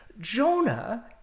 Jonah